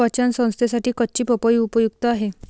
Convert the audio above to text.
पचन संस्थेसाठी कच्ची पपई उपयुक्त आहे